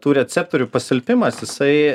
tų receptorių pasilpimas jisai